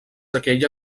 aquella